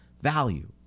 value